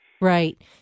Right